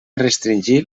restringir